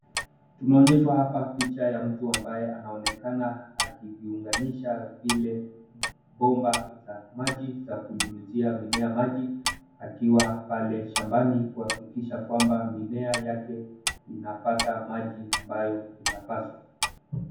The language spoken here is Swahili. Tunaonyeshwa hapa picha ya mtu ambaye anaonekana akiviunganisha vile bomba za maji za kunyuniyizia mimea maji akiwa pale shambani kuhakikisha kuwa mimea yake inapata maji ambayo inapaswa.